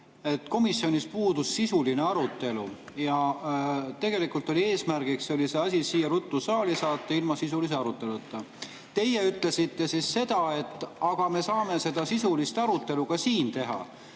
et komisjonis puudus sisuline arutelu ja tegelikult oli eesmärk see asi ruttu siia saali saata ilma sisulise aruteluta. Teie ütlesite, et aga me saame seda sisulist arutelu ka siin teha.